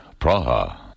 Praha